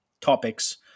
topics